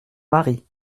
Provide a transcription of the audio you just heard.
maris